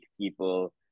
people